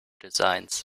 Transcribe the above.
designs